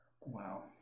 wow